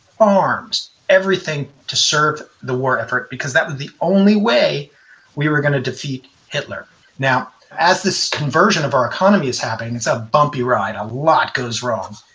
farms, everything, to serve the war effort, because that was the only way we were going to defeat hitler now, as this conversion of our economy is happening, it's a bumpy ride. a lot goes wrong.